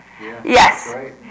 Yes